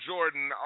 Jordan